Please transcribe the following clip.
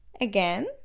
Again